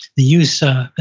the use, ah